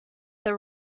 the